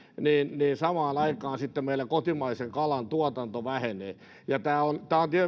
niin samaan aikaan sitten meillä kotimaisen kalan tuotanto vähenee